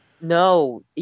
No